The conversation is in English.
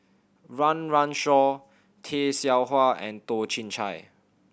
Run Run Shaw Tay Seow Huah and Toh Chin Chye